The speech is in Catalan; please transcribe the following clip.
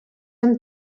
amb